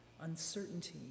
uncertainty